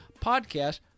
podcast